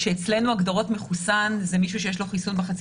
שאצלנו הגדרות מחוסן זה מישהו שיש לו חיסון בחצי